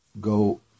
go